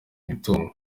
imitungo